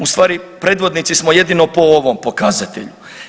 Ustvari, predvodnici smo jedino po ovom pokazatelju.